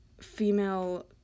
female